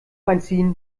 einziehen